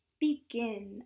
begin